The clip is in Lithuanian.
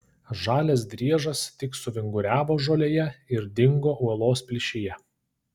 žalias driežas tik suvinguriavo žolėje ir dingo uolos plyšyje